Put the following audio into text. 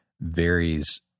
varies